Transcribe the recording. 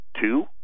Two